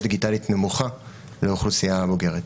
דיגיטלית נמוכה ולאוכלוסייה הבוגרת.